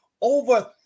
Over